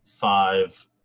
five